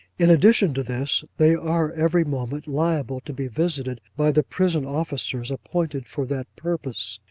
in addition to this, they are every moment liable to be visited by the prison officers appointed for that purpose.